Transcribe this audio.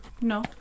No